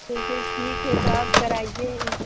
تو پھر ٹھیک ہے تو آپ کرائیے